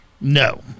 no